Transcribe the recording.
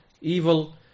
evil